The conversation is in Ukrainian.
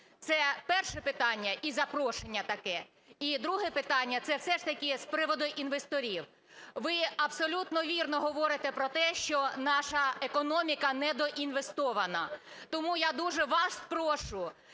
Це перше питання і запрошення таке. І друге питання, це все ж таки з приводу інвесторів. Ви абсолютно вірно говорите про те, що наша економіка недоінвестована. Тому я дуже вас прошу